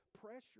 pressure